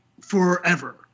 forever